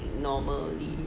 normal 而已